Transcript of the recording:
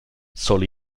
solo